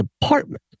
department